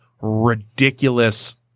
ridiculous